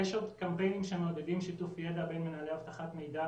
יש עוד קמפיינים שמעודדים שיתוף ידע בין מנהלי אבטחת מידע,